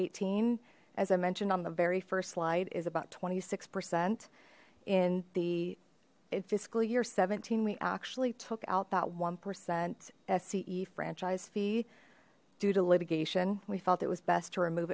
eighteen as i mentioned on the very first slide is about twenty six percent in the in fiscal year seventeen we actually took out that one percent sce franchise fee due to litigation we felt it was best to remove